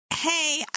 Hey